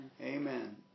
Amen